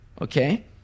Okay